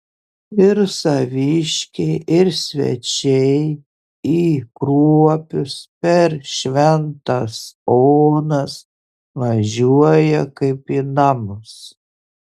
ir saviškiai ir svečiai į kruopius per šventas onas važiuoja kaip į namus